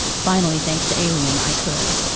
finally, thanks to alien i could.